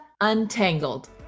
Untangled